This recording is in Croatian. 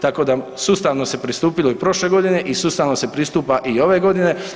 Tako da sustavno se pristupilo i prošle godine i sustavno se pristupa i ove godine.